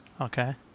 Okay